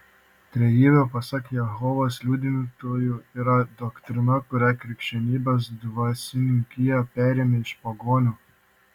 trejybė pasak jehovos liudytojų yra doktrina kurią krikščionybės dvasininkija perėmė iš pagonių